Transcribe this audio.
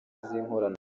z’inkorano